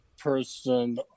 person